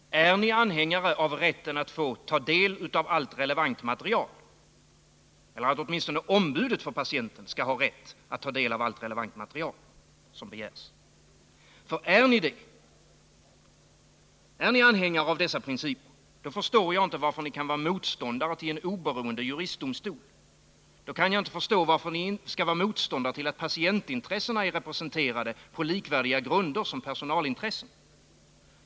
Är ni anhängare av principen om patientens rätt att få ta del av allt relevant material — eller att åtminstone ombudet för patienten skall ha rätt att ta del av allt relevant material som begärs? — Är ni anhängare av dessa principer, då förstår jag inte varför ni kan vara motståndare till en oberoende juristdomstol. Då kan jag inte förstå varför ni skall vara motståndare till att patientintressena är representerade på likvärdiga grunder som personalintressena.